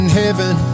heaven